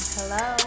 Hello